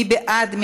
מי בעד?